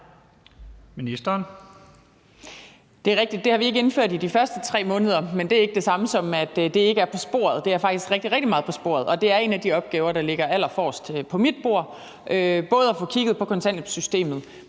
Det er rigtigt, at det har vi ikke indført i de første 3 måneder, men det er ikke det samme, som at det ikke er på sporet. Det er faktisk rigtig, rigtig meget på sporet, og det er en af de opgaver, der ligger allerøvest på mit bord, altså både at få kigget på kontanthjælpssystemet,